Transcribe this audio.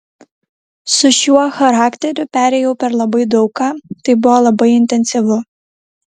su šiuo charakteriu perėjau per labai daug ką tai buvo labai intensyvu